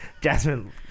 Jasmine